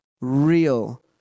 real